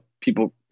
people